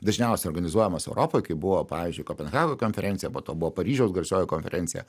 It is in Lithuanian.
dažniausiai organizuojamos europoj kai buvo pavyzdžiui kopenhagoj konferencija po to buvo paryžiaus garsioji konferencija